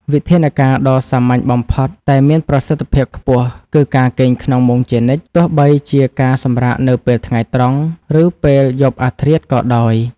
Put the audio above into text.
វិធានការដ៏សាមញ្ញបំផុតតែមានប្រសិទ្ធភាពខ្ពស់គឺការគេងក្នុងមុងជានិច្ច ទោះបីជាការសម្រាកនៅពេលថ្ងៃត្រង់ ឬពេលយប់អាធ្រាត្រក៏ដោយ។